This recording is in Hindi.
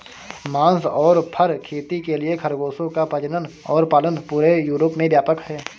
मांस और फर खेती के लिए खरगोशों का प्रजनन और पालन पूरे यूरोप में व्यापक है